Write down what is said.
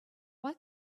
why